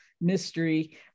mystery